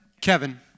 Kevin